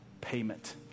payment